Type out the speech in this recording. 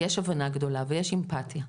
ויש הבנה גדולה ויש אמפתיה,